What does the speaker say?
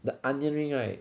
the onion ring right